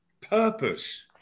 purpose